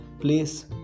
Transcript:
place